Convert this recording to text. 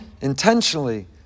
intentionally